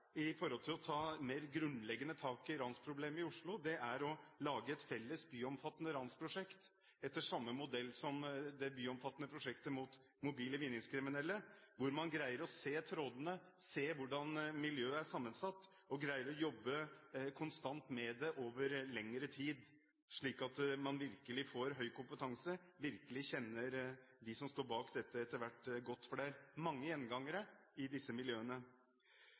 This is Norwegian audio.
å ta mer grunnleggende tak i ransproblemet i Oslo, er å lage et felles byomfattende ransprosjekt etter samme modell som det byomfattende prosjektet mot mobile vinningskriminelle, der man greier å se trådene, ser hvordan miljøet er sammensatt, og greier å jobbe konstant med det over lengre tid, slik at man virkelig får høy kompetanse og etter hvert kjenner godt dem som står bak dette, for det er mange gjengangere i disse miljøene.